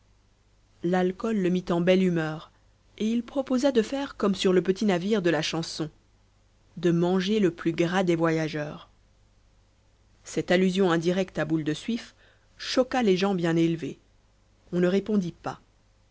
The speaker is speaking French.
l'alcool le mit en belle humeur et il proposa de faire comme sur le petit navire de la chanson de manger le plus gras des voyageurs cette allusion indirecte à boule de suif choqua les gens bien élevés on ne répondit pas